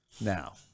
now